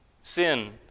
sin